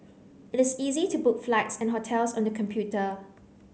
it is easy to book flights and hotels on the computer